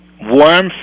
warmth